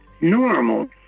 normal